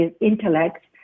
intellect